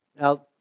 Now